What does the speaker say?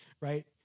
right